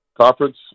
Conference